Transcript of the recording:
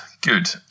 good